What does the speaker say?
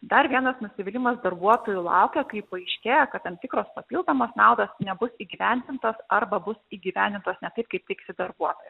dar vienas nusivylimas darbuotojų laukia kai paaiškėja kad tam tikros papildomos naudos nebus įgyvendintos arba bus įgyvendintos ne taip kaip tikisi darbuotoja